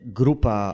grupa